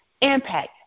impact